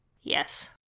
Yes